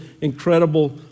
incredible